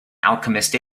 alchemist